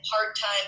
part-time